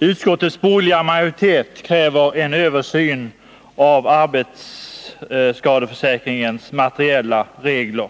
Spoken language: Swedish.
Utskottets borgerliga majoritet kräver en översyn av arbetsskadeförsäkringens materiella regler.